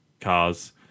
cars